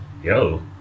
Yo